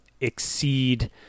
exceed